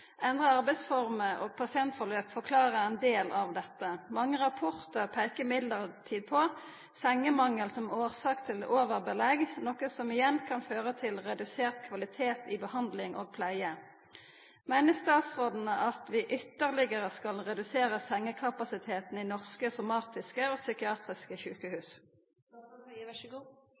Endra arbeidsformer og pasientforløp forklarer ein del av dette. Mange rapportar peikar imidlertid på sengemangel som årsak til overbelegg, noko som igjen kan føra til redusert kvalitet i behandling og pleie. Meiner statsråden vi skal ytterlegare redusera sengekapasiteten i norske somatiske og psykiatriske sjukehus?»